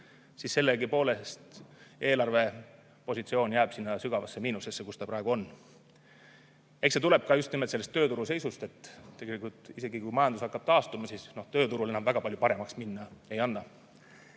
siis sellegipoolest jääb eelarvepositsioon sügavasse miinusesse, kus ta praegu on. Eks see tuleb ka just nimelt tööturu seisust. Isegi kui majandus hakkab taastuma, siis tööturul enam väga palju paremaks minna ei anna.